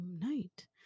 night